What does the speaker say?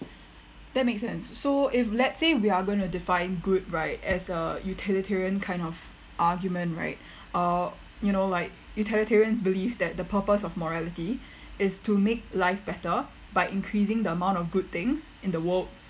that makes sense so if let's say we are going to define good right as a utilitarian kind of argument right uh you know like utilitarians belief that the purpose of morality is to make life better by increasing the amount of good things in the world